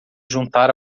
juntar